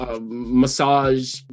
massage